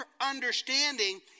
understanding